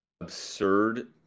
absurd